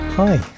Hi